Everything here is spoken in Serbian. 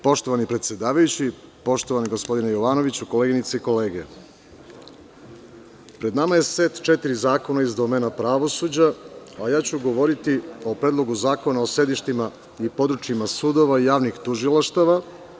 Poštovani predsedavajući, poštovani gospodine Jovanoviću, koleginice i kolege, pred nama je set četiri zakona iz domena pravosuđa, a ja ću govoriti o Predlogu zakona o sedištima i područjima sudova i javnih tužilaštava.